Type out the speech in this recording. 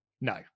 no